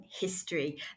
history